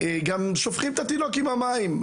גם שופכים את התינוק עם המים.